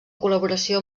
col·laboració